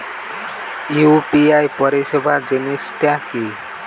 UPI পরিসেবা জিনিসটা কি?